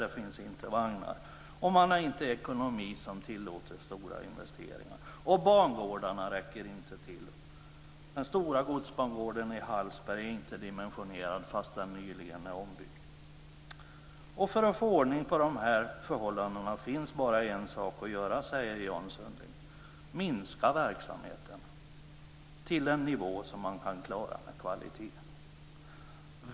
Det finns inte vagnar. Dessutom har man inte ekonomi som tillåter stora investeringar. Och bangårdarna räcker inte till. Den stora godsbangården i Hallsberg är inte dimensionerad fast den nyligen är ombyggd. För att få ordning på dessa förhållanden finns det bara en sak att göra, säger Jan Sundling, och det är att minska verksamheten till en nivå som man kan klara med kvalitet.